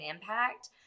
impact